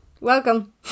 Welcome